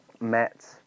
met